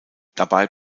dabei